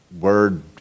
word